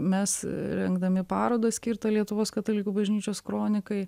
mes rengdami parodą skirtą lietuvos katalikų bažnyčios kronikai